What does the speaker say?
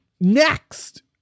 Next